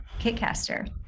Kitcaster